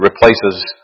replaces